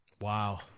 Wow